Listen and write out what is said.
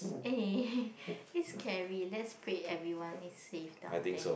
eh it's scary lets pray everyone is safe down there